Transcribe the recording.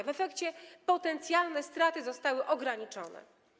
W efekcie potencjalne straty zostały ograniczone.